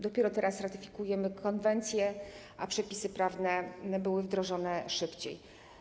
Dopiero teraz ratyfikujemy konwencję, a przepisy prawne były wdrożone szybciej.